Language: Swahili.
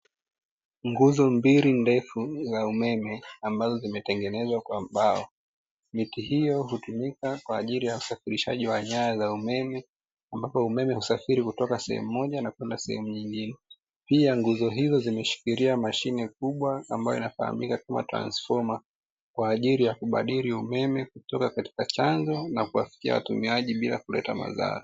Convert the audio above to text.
Nguzo mbili ndefu za umeme ambazo zimetengezwa kwa mbao. Miti hiyo hutumika kwa ajili ya usafirishaji wa nyaya za umeme ambapo umeme husafiri kutoka sehemu moja na kwenda sehemu nyingine. Pia nguzo hizo zimeshikilia mashine kubwa ambayo inafahamika kama transfoma kwa ajili ya kubadili umeme kutoka katika chanzo na kuwafikia watumiaji bila kuleta madhara.